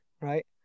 right